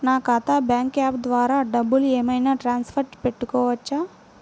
నా ఖాతా bank app ద్వారా డబ్బులు ఏమైనా ట్రాన్స్ఫర్ పెట్టుకోవచ్చా?